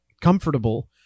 comfortable